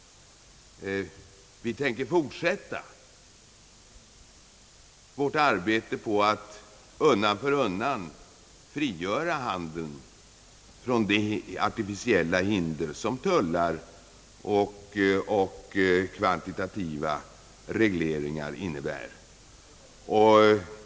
Vi tänker fortsätta vårt arbete på att undan för undan frigöra handeln från de artificiella hinder som tullar och kvantitativa regler innebär.